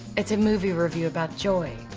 it's a movie review about joy.